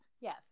yes